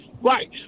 Right